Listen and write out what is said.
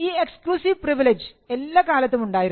ഈ exclusive privilege എല്ലാ കാലത്തും ഉണ്ടായിരുന്നു